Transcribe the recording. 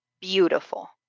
beautiful